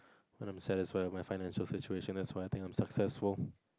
when I'm satisfied with my financial situation that's when I think I'm successful